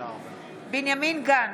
בנימין גנץ,